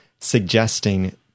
suggesting